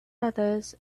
others